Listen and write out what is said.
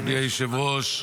אדוני היושב-ראש,